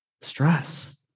stress